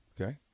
Okay